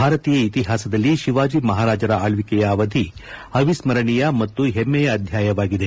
ಭಾರತೀಯ ಇತಿಹಾಸದಲ್ಲಿ ಶಿವಾಜಿ ಮಹಾರಾಜರ ಆಳ್ವಿಕೆಯ ಅವಧಿ ಅವಿಸ್ಥರಣೀಯ ಮತ್ತು ಹೆಮ್ಮೆಯ ಅಧ್ಯಾಯವಾಗಿದೆ